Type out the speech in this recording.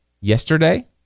yesterday